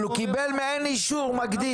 אבל הוא קיבל מעין אישור מקדים.